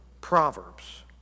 Proverbs